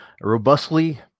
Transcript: robustly